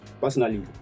personally